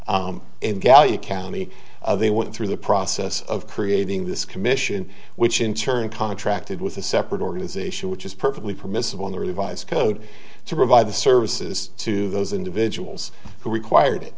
you county they went through the process of creating this commission which in turn contracted with a separate organization which is perfectly permissible in the revised code to provide the services to those individuals who required